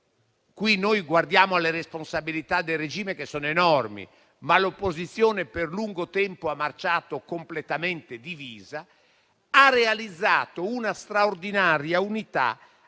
qui noi guardiamo alle responsabilità del regime, che sono enormi, ma l'opposizione per lungo tempo ha marciato completamente divisa - ha realizzato una straordinaria unità